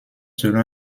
selon